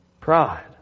Pride